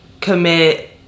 commit